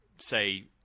say –